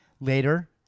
Later